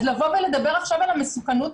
אז לבוא ולדבר עכשיו על המסוכנות